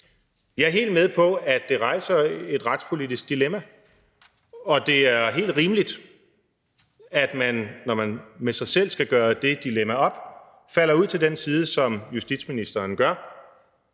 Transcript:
Jeg er helt med på, at det rejser et retspolitisk dilemma, og det er helt rimeligt, at man, når man med sig selv skal gøre det dilemma op, falder ud til den side, som justitsministeren gør,